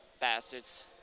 bastards